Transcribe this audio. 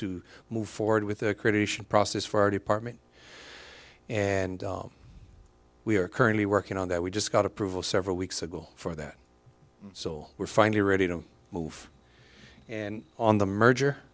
to move forward with the kurdish process for our department and we are currently working on that we just got approval several weeks ago for that so we're finally ready to move and on the merger